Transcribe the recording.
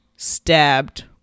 stabbed